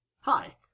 Hi